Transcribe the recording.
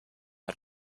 had